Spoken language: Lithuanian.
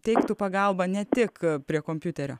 teiktų pagalbą ne tik prie kompiuterio